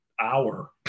hour